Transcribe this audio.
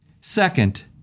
Second